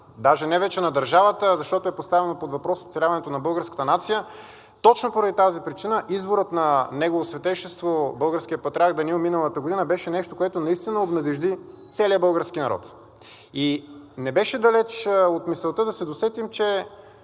даже не вече на държавата, а защото е поставено под въпрос оцеляването на българската нация. Точно поради тази причина изборът на Негово Светейшество българския патриарх Даниил миналата година беше нещо, което наистина обнадежди целия български народ. И не беше далеч от мисълта да се досетим, че